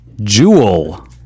Jewel